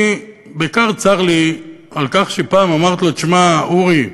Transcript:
בעיקר צר לי על כך שפעם אמרתי לו: תשמע, אורי,